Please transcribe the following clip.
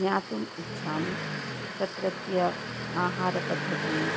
ज्ञातुम् इच्छामि तत्रत्य आहारपद्धतिः